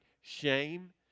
shame